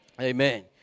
Amen